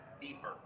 deeper